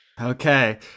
Okay